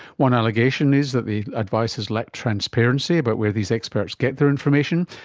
one allegation is that the advice has lack transparency about where these experts get their information,